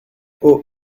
haut